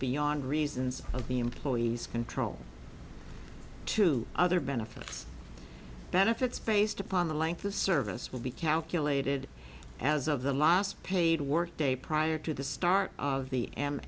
beyond reasons of the employee's control to other benefits benefits based upon the length of service will be calculated as of the last paid work day prior to the start of the